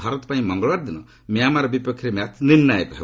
ଭାରତ ପାଇଁ ମଙ୍ଗଳବାର ଦିନ ମ୍ୟାମାର ବିପକ୍ଷରେ ମ୍ୟାଚ୍ ନିର୍ଷ୍ଣାୟକ ହେବ